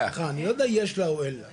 אני לא יודע אם יש לה או אין לה,